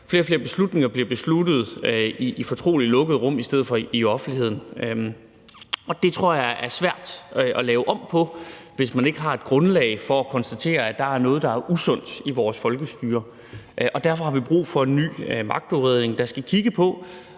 flere og flere beslutninger bliver truffet i fortrolighed i lukkede rum i stedet for i offentligheden, og det tror jeg er svært at lave om på, hvis ikke man har et grundlag for at konstatere, at der er noget, der er usundt i vores folkestyre, og derfor har vi brug for en ny magtudredning, der skal kigge på,